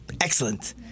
Excellent